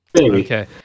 okay